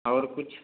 और कुछ